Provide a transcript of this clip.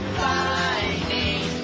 finding